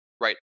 Right